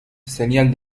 señal